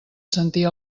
sentir